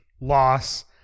loss